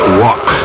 walk